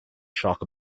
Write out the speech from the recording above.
shock